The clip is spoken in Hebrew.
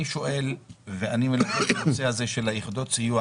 אני מלווה את הנושא הזה של יחידות הסיוע,